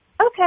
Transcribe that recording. okay